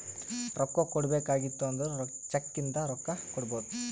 ರೊಕ್ಕಾ ಕೊಡ್ಬೇಕ ಆಗಿತ್ತು ಅಂದುರ್ ಚೆಕ್ ಇಂದ ರೊಕ್ಕಾ ಕೊಡ್ಬೋದು